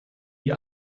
die